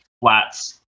flats